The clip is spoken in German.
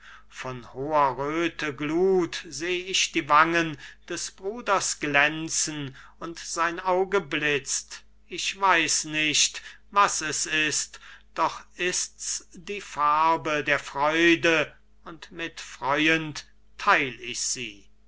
von hoher röthe gluth seh ich die wangen des bruders glänzen und sein auge blitzt ich weiß nicht was es ist doch ist's die farbe der freude und mitfreuend theil ich sie